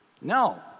No